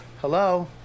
Hello